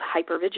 hypervigilance